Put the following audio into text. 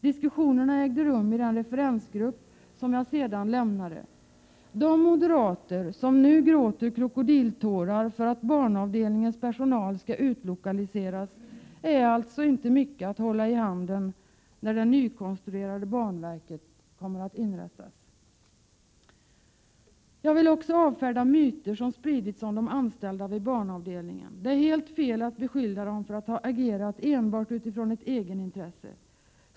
Diskussionerna ägde rum i den referensgrupp som jag sedan lämnade. De moderater som nu gråter krokodiltårar för att banavdelningens personal skall utlokaliseras, är alltså inte mycket att hålla i handen när det nykonstruerade banverket inrättas. Jag vill också avfärda myter, som spridits om de anställda vid banavdelningen. Det är helt fel att beskylla dem för att ha agerat enbart utifrån ett egenintresse.